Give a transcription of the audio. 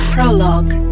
Prologue